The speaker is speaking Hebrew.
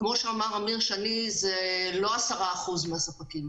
כמו אמיר שני, זה לא 10% מהספקים.